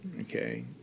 okay